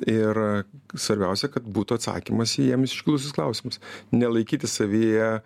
ir svarbiausia kad būtų atsakymas į jiems iškilusius klausimus nelaikyti savyje